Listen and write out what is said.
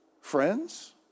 friends